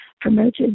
promoted